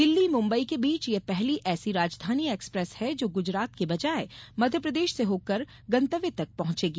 दिल्ली मुम्बई के बीच यह पहली ऐसी राजधानी एक्सप्रेस है जो गुजरात के बजाय मध्य प्रदेश से होकर गंतव्य तक पहुंचेगी